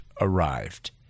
arrived